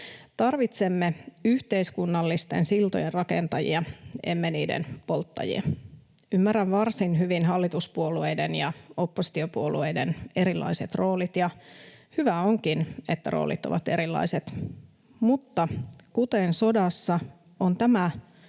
Tarvitsemme yhteiskunnallisten siltojen rakentajia, emme niiden polttajia. Ymmärrän varsin hyvin hallituspuolueiden ja oppositiopuolueiden erilaiset roolit, ja hyvä onkin, että roolit ovat erilaiset, mutta kuten sodassa, on tämä